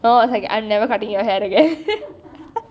my mum was like I am never cutting your hair again